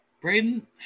Braden